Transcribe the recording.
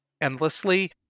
endlessly